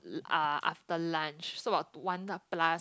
uh after lunch so about one plus